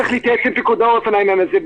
צריך להתייעץ עם פיקוד העורף על העניין הזה.